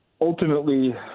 ultimately